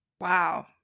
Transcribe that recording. Wow